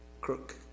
crook